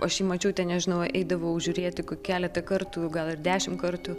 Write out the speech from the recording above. aš jį mačiau ten nežinau ar eidavau žiūrėti kur keletą kartų gal dešimt kartų